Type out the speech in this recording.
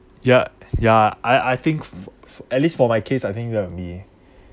ya yeah I I think for for at least for my case I think that would be